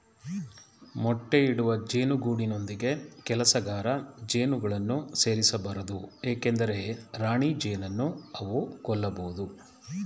ಮೊಟ್ಟೆ ಇಡುವ ಜೇನು ಗೂಡಿನೊಂದಿಗೆ ಕೆಲಸಗಾರ ಜೇನುಗಳನ್ನು ಸೇರಿಸ ಬಾರದು ಏಕೆಂದರೆ ರಾಣಿಜೇನನ್ನು ಅವು ಕೊಲ್ಲಬೋದು